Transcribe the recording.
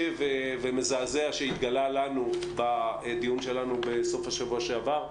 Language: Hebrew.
ומזעזע שהתגלה לנו בדיון שלנו בסוף השבוע שעבר.